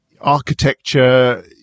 architecture